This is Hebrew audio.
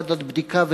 ועדת בדיקה,